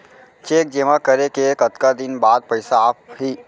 Cheque जेमा करे के कतका दिन बाद पइसा आप ही?